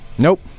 Nope